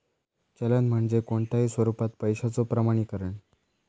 चलन म्हणजे कोणताही स्वरूपात पैशाचो प्रमाणीकरण